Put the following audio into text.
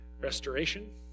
Restoration